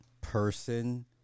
person